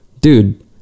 dude